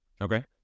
Okay